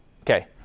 Okay